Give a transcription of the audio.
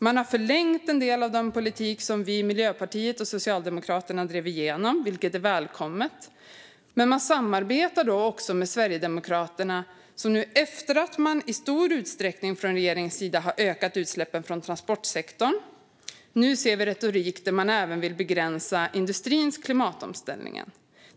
Man har förlängt en del av den politik som Miljöpartiet och Socialdemokraterna drev igenom, vilket är välkommet, men man samarbetar också med Sverigedemokraterna. Efter att man från regeringens håll i stor utsträckning har ökat utsläppen från transportsektorn ser vi nu retorik om att man även vill begränsa industrins klimatomställning.